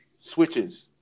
switches